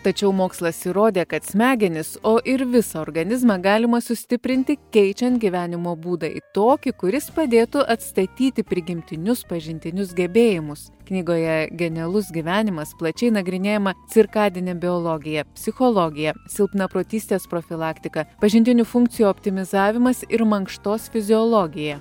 tačiau mokslas įrodė kad smegenys o ir visą organizmą galima sustiprinti keičiant gyvenimo būdą į tokį kuris padėtų atstatyti prigimtinius pažintinius gebėjimus knygoje genialus gyvenimas plačiai nagrinėjama cirkadinė biologija psichologija silpnaprotystės profilaktika pažintinių funkcijų optimizavimas ir mankštos fiziologija